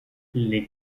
les